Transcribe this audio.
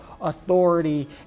authority